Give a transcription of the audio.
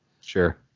Sure